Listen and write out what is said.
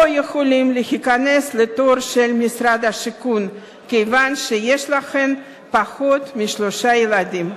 יכולות להיכנס לתור של משרד השיכון כיוון שיש להן פחות משלושה ילדים.